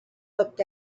looked